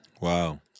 wow